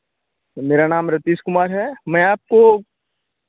मेरा नाम रितेश कुमार है मैं आपको